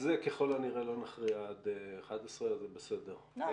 זה ככל הנראה לא נכריע עד 11:00. לא,